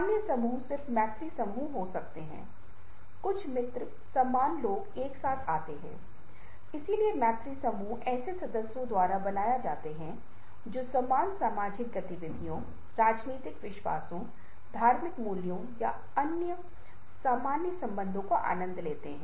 जहां ग्रंथ एनिमेटेड हो सकते हैं वे अक्षर हो सकते हैं और जब हम मुद्रण कालाटाइपोग्राफी Typography है के बारे में बात करते हैंटाइपोग्राफी विशिष्ट विशेषताओं को व्यक्त करने का प्रबंधन करती है गुणवत्ता विशेष पाठ की विशेषता है